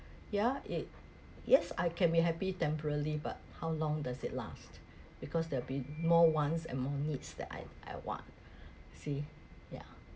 yeah it yes I can be happy temporarily but how long does it last because there'll be more wants and more needs that I I want see yeah